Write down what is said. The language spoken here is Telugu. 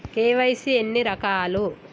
కే.వై.సీ ఎన్ని రకాలు?